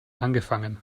angefangen